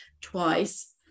twice